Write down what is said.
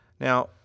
Now